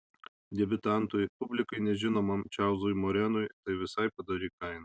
debiutantui publikai nežinomam čarlzui morenui tai visai padori kaina